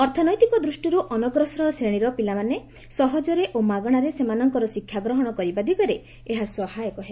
ଅର୍ଥନୈତିକ ଦୃଷ୍ଟିରୁ ଅନଗ୍ରସର ଶ୍ରେଣୀର ପିଲାମାନେ ସହଜରେ ଓ ମାଗଣାରେ ସେମାନଙ୍କର ଶିକ୍ଷାଗ୍ରହଣ କରିବା ଦିଗରେ ଏହା ସହାୟକ ହେବ